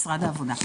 משרד העבודה.